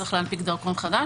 צריך להנפיק חדש,